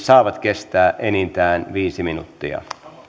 saavat kestää enintään viisi minuuttia